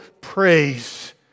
praise